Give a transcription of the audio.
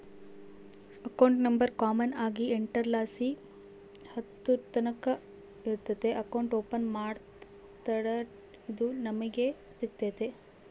account number common ಆಗಿ ಎಂಟುರ್ಲಾಸಿ ಹತ್ತುರ್ತಕನ ಇರ್ತತೆ ಅಕೌಂಟ್ ಓಪನ್ ಮಾಡತ್ತಡ ಇದು ನಮಿಗೆ ಸಿಗ್ತತೆ